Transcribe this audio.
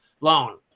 loan